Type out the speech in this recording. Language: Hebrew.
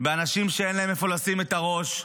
באנשים שאין להם איפה לשים את הראש,